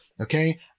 Okay